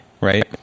right